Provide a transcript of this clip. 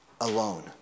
alone